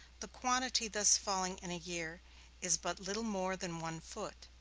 the quantity thus falling in a year is but little more than one foot.